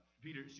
Peter